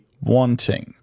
Wanting